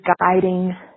guiding